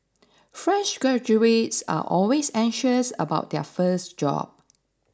fresh graduates are always anxious about their first job